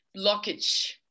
blockage